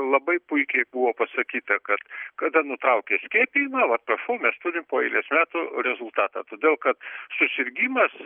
labai puikiai buvo pasakyta kad kada nutraukė skiepijimą vat prašau mes turim po eilės metų rezultatą todėl kad susirgimas